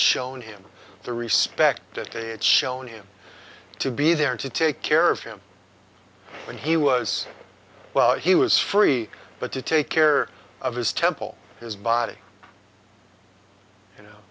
shown him the respect that they had shown him to be there to take care of him when he was well he was free but to take care of his temple his body you know